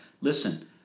Listen